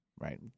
Right